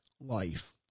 life